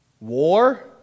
War